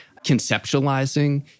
conceptualizing